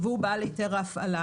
והיא בעל היתר ההפעלה.